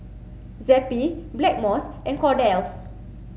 Zappy Blackmores and Kordel's